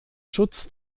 schutz